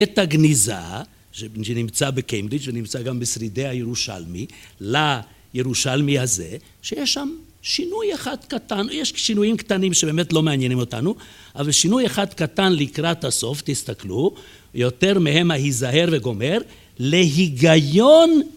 את הגניזה שנמצאה בקיימברידג' ונמצאה גם בשרידי הירושלמי, לירושלמי הזה, שיש שם שינוי אחד קטן, יש שינויים קטנים שבאמת לא מעניינים אותנו, אבל שינוי אחד קטן לקראת הסוף, תסתכלו, יותר מהם ההיזהר וגומר, להיגיון